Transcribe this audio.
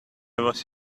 was